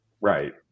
Right